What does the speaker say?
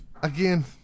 again